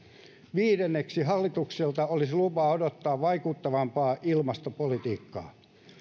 viidenneksi hallitukselta olisi lupa odottaa vaikuttavampaa ilmastopolitiikkaa